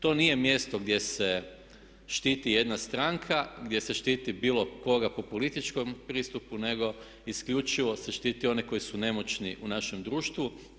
To nije mjesto gdje se štiti jedna stranka, gdje se štiti bilo koga po političkom pristupu nego isključivo se štiti one koji su nemoćni u našem društvu.